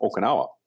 Okinawa